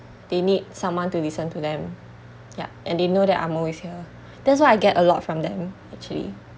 they need someone to listen to them ya and they know that I'm always here that's why I get a lot from them actually